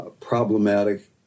problematic